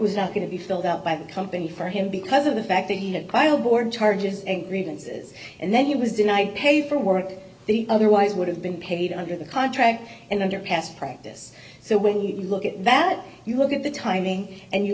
not going to be filled out by the company for him because of the fact that he had piled born charges and grievances and then he was denied paperwork they otherwise would have been paid under the contract and under past practice so when you look at that you look at the timing and you